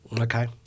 Okay